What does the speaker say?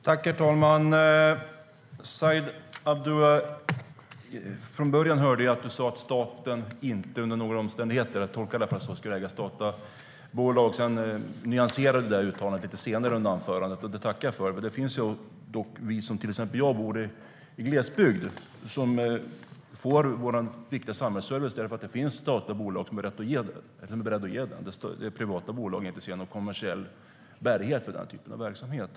Herr talman! Från början hörde jag att du, Said Abdu, sa att staten inte under några omständigheter - jag tolkade det i alla fall så - skulle äga bolag. Sedan nyanserade du detta uttalande lite senare under anförandet, och det tackar jag för. Det finns människor, till exempel jag, som bor i glesbygd och som får viktig samhällsservice därför att det finns statliga bolag som är beredda att ge den, medan privata bolag inte ser någon kommersiell bärighet i den typen av verksamhet.